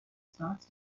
starts